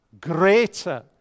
greater